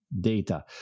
data